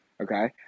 Okay